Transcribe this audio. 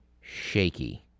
shaky